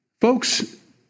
Folks